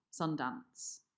Sundance